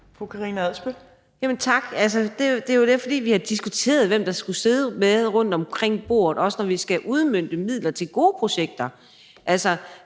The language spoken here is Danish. tak. Det er jo, fordi vi har diskuteret, hvem der skulle sidde med rundt omkring bordet, også når vi skal udmønte midler til gode projekter,